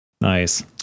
Nice